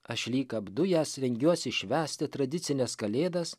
aš lyg apdujęs rengiuosi švęsti tradicines kalėdas